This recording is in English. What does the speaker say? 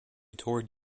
toured